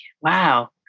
Wow